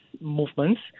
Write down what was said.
movements